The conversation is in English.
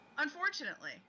unfortunately